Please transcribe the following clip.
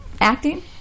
acting